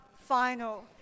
final